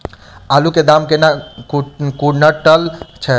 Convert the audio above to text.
आलु केँ दाम केना कुनटल छैय?